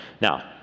Now